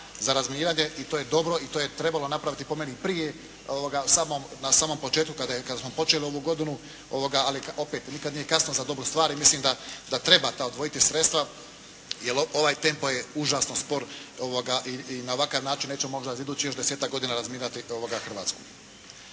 sada razminiranje i to je dobro i to je trebalo napraviti po meni pije na samom početku kada smo počeli ovu godinu, ali opet nikad nije kasno za dobru stvar i mislim da treba ta odvojiti sredstva jer ovaj tempo je užasno spor i na ovakav način nećemo možda idućih još desetak godina razminirati Hrvatsku.